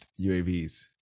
UAVs